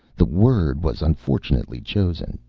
the word was unfortunately chosen.